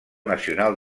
nacional